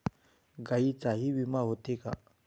गायींचाही विमा होते का?